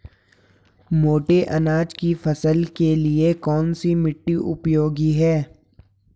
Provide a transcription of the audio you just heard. मोटे अनाज की फसल के लिए कौन सी मिट्टी उपयोगी है?